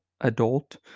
adult